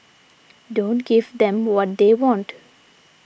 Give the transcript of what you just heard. don't give them what they want